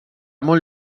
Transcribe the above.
molt